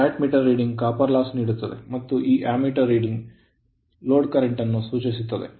watt meter reading copper loss ತಾಮ್ರದ ನಷ್ಟವನ್ನು ನೀಡುತ್ತದೆ ಮತ್ತು ಈ ಆಮ್ಮೀಟರ್ ರೀಡಿಂಗ್ ಲೋಡ್ ಕರೆಂಟ್ ಅನ್ನು ಸೂಚಿಸುತ್ತದೆ